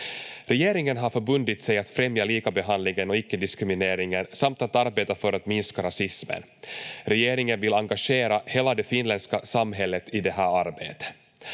Regeringen har förbundit sig att främja likabehandlingen och icke-diskrimineringen samt att arbeta för att minska rasismen. Regeringen vill engagera hela det finländska samhället i det här arbetet.